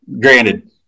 granted